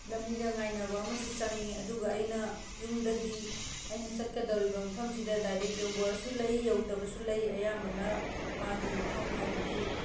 ꯂꯝꯕꯤꯗ ꯉꯥꯏꯅꯕ ꯑꯃꯁꯨ ꯆꯪꯉꯦ ꯑꯗꯨꯒ ꯑꯩꯅ ꯌꯨꯝꯗꯒꯤ ꯑꯩꯅ ꯆꯠꯀꯗꯧꯔꯤꯕ ꯃꯐꯝꯁꯤꯗ ꯗꯥꯏꯔꯦꯛ ꯌꯧꯕꯁꯨ ꯂꯩ ꯌꯧꯗꯕꯁꯨ ꯂꯩ ꯑꯌꯥꯝꯕꯅ ꯃꯥꯒꯤ ꯃꯐꯝ ꯍꯥꯏꯕꯗꯤ